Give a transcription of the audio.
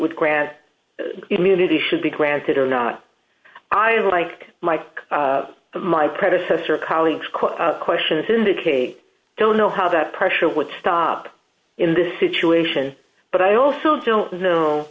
would grant immunity should be granted or not i like my my predecessor colleagues quite questions indicate don't know how that pressure would stop in this situation but i also don't know